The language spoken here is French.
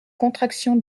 contraction